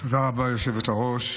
תודה רבה, היושבת-ראש.